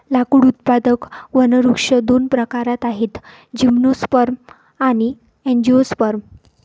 लाकूड उत्पादक वनवृक्ष दोन प्रकारात आहेतः जिम्नोस्पर्म आणि अँजिओस्पर्म